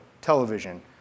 television